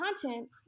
content